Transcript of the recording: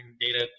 data